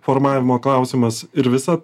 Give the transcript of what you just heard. formavimo klausimas ir visa